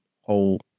whole